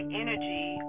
energy